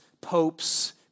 popes